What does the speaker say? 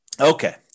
Okay